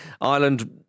Ireland